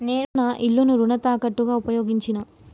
నేను నా ఇల్లును రుణ తాకట్టుగా ఉపయోగించినా